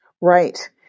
Right